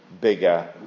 bigger